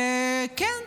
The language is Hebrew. שכן,